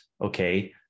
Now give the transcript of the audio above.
okay